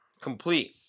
Complete